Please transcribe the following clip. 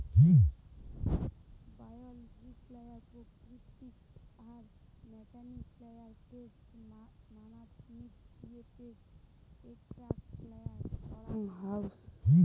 biological প্রাকৃতিক আর মেকানিক্যালয় পেস্ট মানাজমেন্ট দিয়ে পেস্ট এট্যাক কন্ট্রল করাঙ হউ